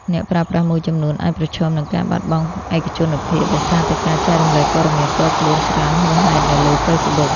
អ្នកប្រើប្រាស់មួយចំនួនអាចប្រឈមនឹង ការបាត់បង់ឯកជនភាព ដោយសារតែការចែករំលែកព័ត៌មានផ្ទាល់ខ្លួនច្រើនហួសហេតុនៅលើ Facebook។